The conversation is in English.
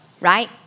right